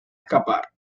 escapar